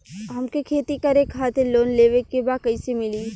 हमके खेती करे खातिर लोन लेवे के बा कइसे मिली?